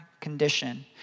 condition